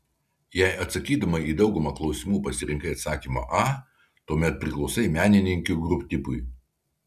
jei atsakydama į daugumą klausimų pasirinkai atsakymą a tuomet priklausai menininkių tipui